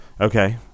Okay